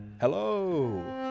Hello